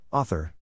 Author